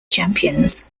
champions